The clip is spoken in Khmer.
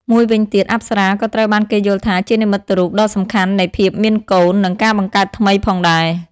មួយវិញទៀត អប្សរក៏ត្រូវបានគេយល់ថាជានិមិត្តរូបដ៏សំខាន់នៃ ភាពមានកូន និងការបង្កើតថ្មី ផងដែរ។